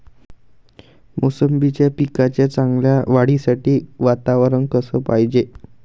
मोसंबीच्या पिकाच्या चांगल्या वाढीसाठी वातावरन कस पायजे?